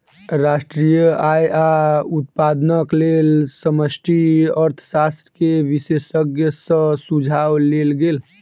राष्ट्रीय आय आ उत्पादनक लेल समष्टि अर्थशास्त्र के विशेषज्ञ सॅ सुझाव लेल गेल